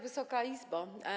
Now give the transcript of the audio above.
Wysoka Izbo!